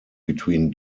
between